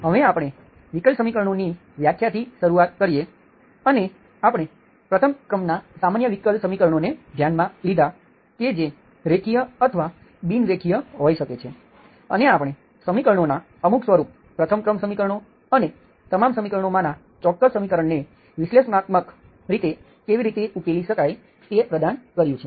હવે આપણે વિકલ સમીકરણોની વ્યાખ્યા થી શરૂઆત કરીએ અને આપણે પ્રથમ ક્રમના સામાન્ય વિકલ સમીકરણોને ધ્યાનમાં લીધાં કે જે રેખીય અથવા બિન રેખીય હોઈ શકે છે અને આપણે સમીકરણો નાં અમુક સ્વરૂપ પ્રથમ ક્રમ સમીકરણો અને તમામ સમીકરણોમાંના ચોક્કસ સમીકરણને વિશ્લેષણાત્મક રીતે કેવી રીતે ઉકેલી શકાય તે પ્રદાન કર્યું છે